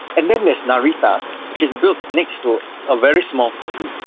and then there's narita which is built next to a very small city,